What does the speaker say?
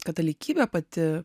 katalikybė pati